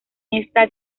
esta